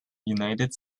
united